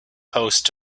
post